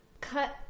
Cut